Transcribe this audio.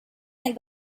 and